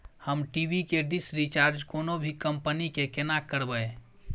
हम टी.वी के dish recharge कोनो भी कंपनी के केना करबे?